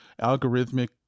algorithmic